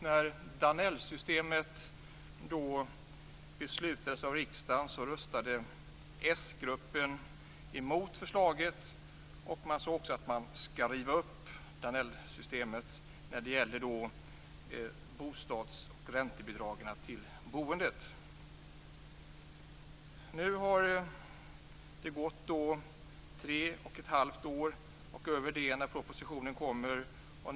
När riksdagen fattade beslut om Danellsystemet röstade sgruppen mot förslaget. Man sade att man skulle riva upp Danellsystemet i fråga om räntebidragen till boendet. Nu har det gått mer än tre och ett halvt år när propositionen har lagts fram.